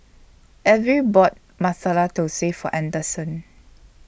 Elvie bought Masala Thosai For Anderson